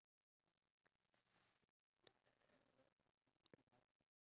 iya because somebody didn't get his buffet so